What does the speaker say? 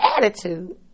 attitude